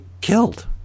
killed